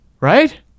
Right